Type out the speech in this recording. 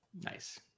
Nice